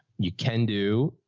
you can do,